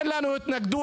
אין לנו התנגדות,